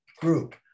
group